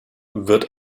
wird